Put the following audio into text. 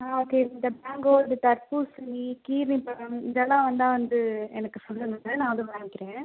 ஆ okay இந்த mango இந்த தர்பூசணி கீவி பழம் இதெல்லாம் வந்தால் வந்து எனக்கு சொல்லுங்கள் சார் நான் வந்து வாங்கிக்கிறேன்